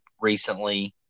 recently